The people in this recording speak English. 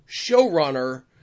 showrunner